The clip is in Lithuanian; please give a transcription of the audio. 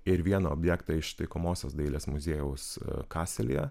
ir vieną objektą iš taikomosios dailės muziejaus kaselyje